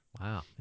Wow